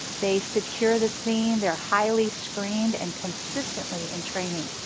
they secure the scene, they are highly screened, and consistently in training.